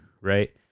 right